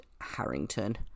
Harrington